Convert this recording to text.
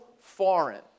foreign